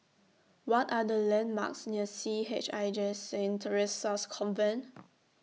What Are The landmarks near C H I J Saint Theresa's Convent